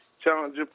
challenge